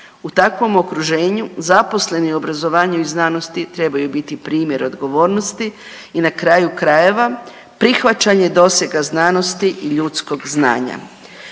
U takvom okruženju zaposleni u obrazovanju i znanosti trebaju biti primjer odgovornosti i na kraju krajeva prihvaćanje dosega znanosti i ljudskog znanja.